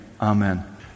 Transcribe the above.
Amen